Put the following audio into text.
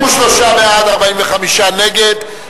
23 בעד, 45 נגד.